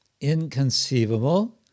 inconceivable